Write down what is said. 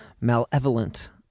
malevolent